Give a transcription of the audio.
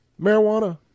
marijuana